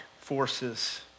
forces